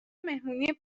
مهمونی